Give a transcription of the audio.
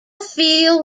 feel